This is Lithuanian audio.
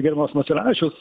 gerbiamas maciulevičius